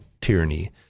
tyranny